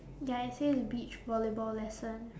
ya it says beach volleyball lesson